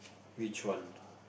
which one